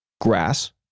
Grass